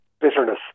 bitterness